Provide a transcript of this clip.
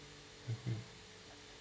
mmhmm